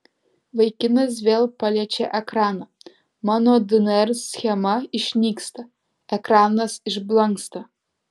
vaikinas vėl paliečia ekraną mano dnr schema išnyksta ekranas išblanksta